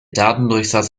datendurchsatz